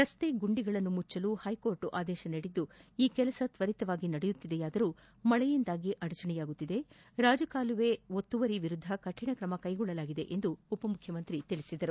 ರಸ್ತೆ ಗುಂಡಿ ಮುಚ್ಚಲು ಹೈಕೋರ್ಟ್ ಆದೇಶ ನೀಡಿದ್ದು ಈ ಕೆಲಸ ತ್ವರಿತವಾಗಿ ನಡೆಯುತ್ತಿದೆಯಾದರೂ ಮಳೆಯಿಂದಾಗಿ ಅಡಚಣೆಯಾಗುತ್ತಿದೆ ರಾಜಕಾಲುವೆ ಒತ್ತುವರಿ ವಿರುದ್ದ ಕರಿಣ ಕ್ರಮ ಕೈಗೊಳ್ಳಲಾಗಿದೆ ಎಂದು ಉಪಮುಖ್ಯಮಂತ್ರಿ ತಿಳಿಸಿದರು